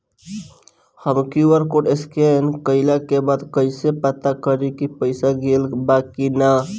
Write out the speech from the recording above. हम QR code scan कइला के बाद कइसे पता करि की पईसा गेल बा की न?